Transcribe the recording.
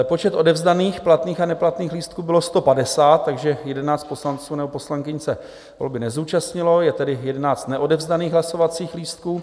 Počet odevzdaných platných a neplatných lístků byl 150, takže 11 poslanců nebo poslankyň se volby nezúčastnilo, je tedy 11 neodevzdaných hlasovacích lístků.